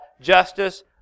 justice